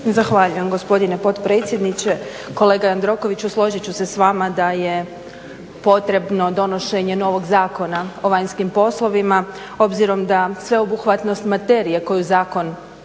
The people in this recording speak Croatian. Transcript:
Zahvaljujem gospodine potpredsjedniče. Kolega Jandrokoviću složit ću se s vama da je potrebno donošenje novog Zakona o vanjskim poslovima, obzirom da sveobuhvatnost materije koju zakon